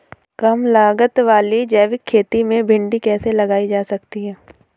कम लागत वाली जैविक खेती में भिंडी कैसे लगाई जा सकती है?